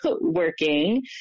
working